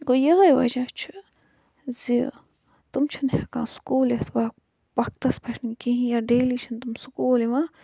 گوٚو یِہے وَجہ چھُ زِ تِم چھِنہٕ ہیٚکان سکوٗل یِتھ وَقتَس پٮ۪ٹھ نہٕ کِہِیٖنۍ ڈیلی چھِنہٕ تِم سکوٗل یِوان کِہیٖنۍ نہٕ